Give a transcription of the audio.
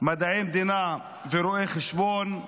מדעי המדינה, ורואה חשבון,